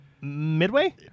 midway